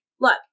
look